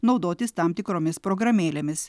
naudotis tam tikromis programėlėmis